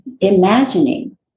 imagining